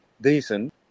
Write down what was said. decent